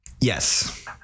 Yes